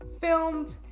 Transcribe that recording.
filmed